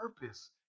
purpose